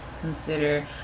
consider